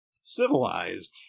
civilized